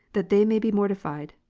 that they may be mortified.